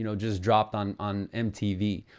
you know just dropped on on mtv.